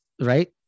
Right